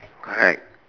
correct